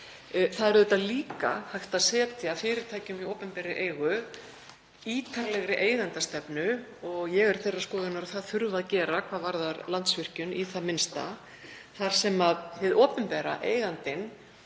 Það er auðvitað líka hægt að setja fyrirtækjum í opinberri eigu ítarlegri eigendastefnu og ég er þeirrar skoðunar að það þurfi að gera hvað varðar Landsvirkjun, í það minnsta, þar sem eigandinn, hið opinbera, beinir